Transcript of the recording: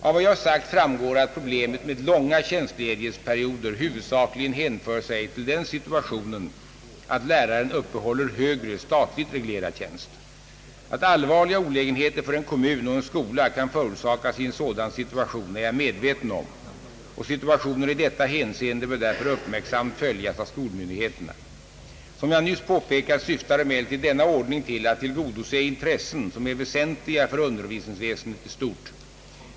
Av vad jag sagt framgår att problemet med långa tjänstledighetsperioder huvudsakligen hänför sig till den situationen att läraren uppehåller högre, statligt reglerad tjänst. Att allvarliga olägenheter för en kommun och en skola kan förorsakas i en sådan situation är jag medveten om, och situationen i detta hänseende bör därför uppmärksamt följas av skolmyndigheterna. Som jag nyss påpekat syftar emellertid denna ordning till att tillgodose intressen som är väsentliga för undervisningsväsendet i stort.